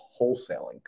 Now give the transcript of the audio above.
wholesaling